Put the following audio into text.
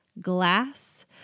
glass